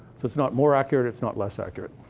so it's not more accurate, it's not less accurate.